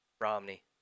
Romney